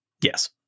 Yes